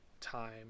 time